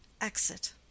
exit